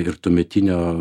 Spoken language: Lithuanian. ir tuometinio